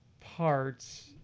parts